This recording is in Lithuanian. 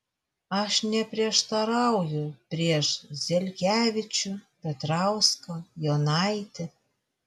aš neprieštarauju prieš zelkevičių petrauską jonaitį